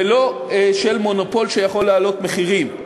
ולא של מונופול שיכול להעלות מחירים.